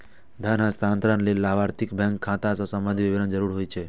धन हस्तांतरण लेल लाभार्थीक बैंक खाता सं संबंधी विवरण जरूरी होइ छै